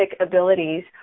abilities